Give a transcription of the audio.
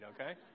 okay